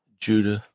Judah